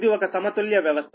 ఇది ఒక సమతుల్య వ్యవస్థ